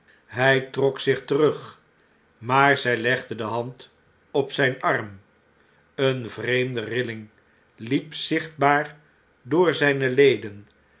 hjj trok zich terug maar zg legde de hand op zgn arm eene vreemde rilling liep zichtbaar door zgne leden